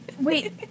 Wait